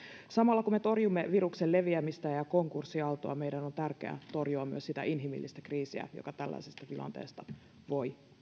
samalla kun me torjumme viruksen leviämistä ja ja konkurssiaaltoa meidän on tärkeää torjua myös sitä inhimillistä kriisiä joka tällaisesta tilanteesta voi